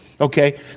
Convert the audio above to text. Okay